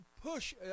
push